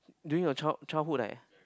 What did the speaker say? during your child~ childhood eh